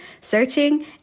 searching